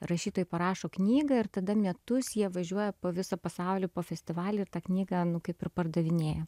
rašytojai parašo knygą ir tada metus jie važiuoja po visą pasaulį po festivalį ir tą knygą nu kaip ir pardavinėja